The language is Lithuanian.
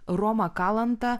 romą kalantą